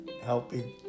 helping